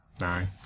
Nine